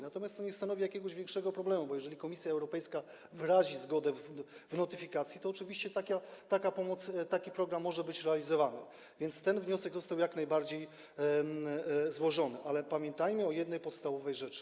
Natomiast to nie stanowi jakiegoś większego problemu, bo jeżeli Komisja Europejska wyrazi zgodę w notyfikacji, to oczywiście taka pomoc, taki program może być realizowany, więc jak najbardziej: ten wniosek został złożony, ale pamiętajmy o jednej podstawowej rzeczy.